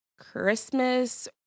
Christmas